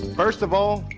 first of all,